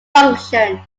function